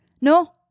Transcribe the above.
No